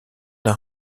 d’un